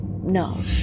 no